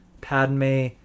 Padme